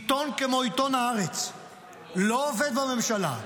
עיתון כמו עיתון הארץ לא עובד בממשלה,